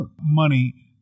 money